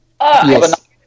Yes